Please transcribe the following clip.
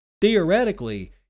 Theoretically